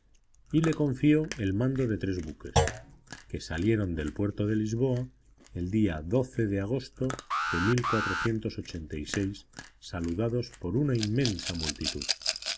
y le confió el mando de tres buques que salieron del puerto de lisboa el día de agosto de saludados por una inmensa multitud